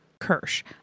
Kirsch